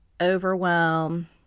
overwhelm